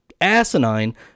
asinine